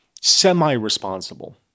semi-responsible